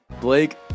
Blake